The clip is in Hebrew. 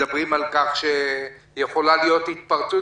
מדברים על כך שיכולה להיות התפרצות,